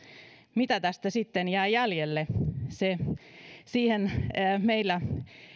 mitä tästä sitten jää jäljelle siihen meille